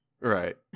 Right